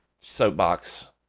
soapbox